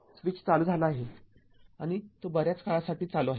switch चालू झाला आहे आणि तो बऱ्याच काळासाठी चालू आहे